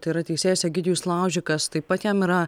tai yra teisėjas egidijus laužikas taip pat jam yra